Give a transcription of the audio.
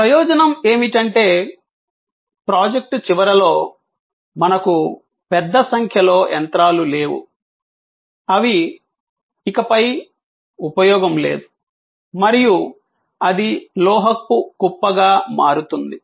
ప్రయోజనం ఏమిటంటే ప్రాజెక్ట్ చివరలో మనకు పెద్ద సంఖ్యలో యంత్రాలు లేవు అవి ఇకపై ఉపయోగం లేదు మరియు అది లోహపు కుప్పగా మారుతుంది